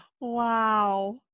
wow